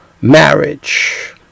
marriage